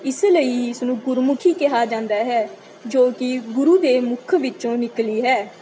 ਇਸ ਲਈ ਇਸ ਨੂੰ ਗੁਰਮੁਖੀ ਕਿਹਾ ਜਾਂਦਾ ਹੈ ਜੋ ਕਿ ਗੁਰੂ ਦੇ ਮੁੱਖ ਵਿੱਚੋਂ ਨਿਕਲੀ ਹੈ